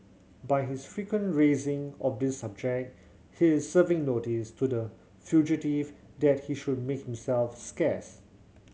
by his frequent raising of this subject he is serving notice to the fugitive that he should make himself scarce